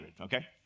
okay